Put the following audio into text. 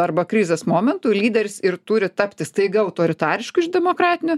arba krizės momentu lyderis ir turi tapti staiga autoritarišku iš demokratinio